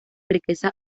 riqueza